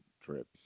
trips